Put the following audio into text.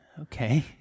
Okay